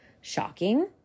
shocking